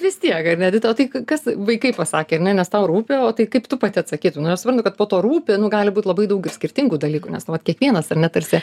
vis tiek ar ne o to tai kas vaikai pasakė ar ne nes tau rūpi o tai kaip tu pati atsakytum nu aš suprantu kad po to rūpi nu gali būt labai daug ir skirtingų dalykų nes nu vat kiekvienas ar ne tarsi